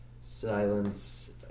silence